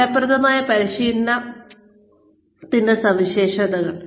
ഫലപ്രദമായ പരിശീലന പ്രവർത്തിയുടെ സവിശേഷതകൾ